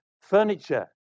furniture